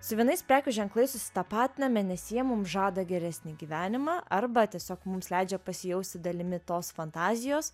su vienais prekių ženklais susitapatiname nes jie mum žada geresnį gyvenimą arba tiesiog mums leidžia pasijausti dalimi tos fantazijos